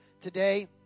today